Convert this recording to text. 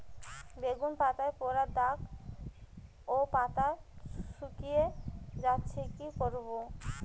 বেগুন পাতায় পড়া দাগ ও পাতা শুকিয়ে যাচ্ছে কি করব?